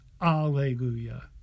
Alleluia